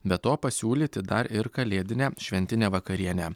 be to pasiūlyti dar ir kalėdinę šventinę vakarienę